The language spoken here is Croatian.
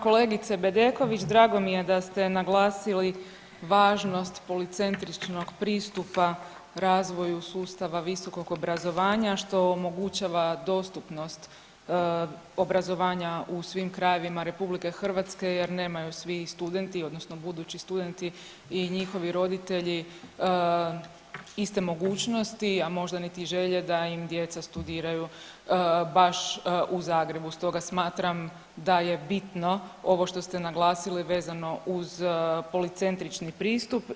kolegice Bedeković, drago mi je da ste naglasili važnost policentričnog pristupa razvoju sustava visokog obrazovanja, što omogućava dostupnost obrazovanja u svim krajevima RH jer nemaju svi studenti, odnosno budući studenti i njihovi roditelji iste mogućnosti, a možda niti želje da im djeca studiraju baš u Zagrebu, stoga smatram da je bitno ovo što ste naglasili vezano uz policentrični pristup.